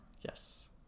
Yes